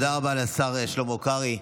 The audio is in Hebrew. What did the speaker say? תודה רבה לשר שלמה קרעי.